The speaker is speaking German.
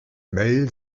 mel